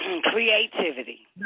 Creativity